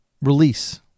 release